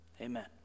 amen